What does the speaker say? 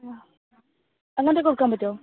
ആ അങ്ങനെത്തെ കൊടുക്കാൻ പറ്റുമോ